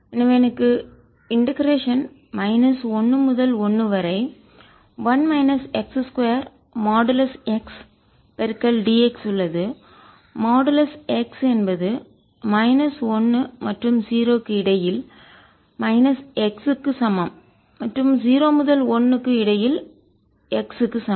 எனவே எனக்கு integration minus 1 முதல் 1வரை 1 மைனஸ் x 2 மாடுலஸ் xdx உள்ளது மாடுலஸ் x என்பது மைனஸ் 1 மற்றும் 0 க்கு இடையில் மைனஸ் x க்கு சமம் மற்றும் 0 மற்றும் 1 க்கு இடையில் x க்கு சமம்